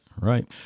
right